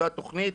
זאת התוכנית,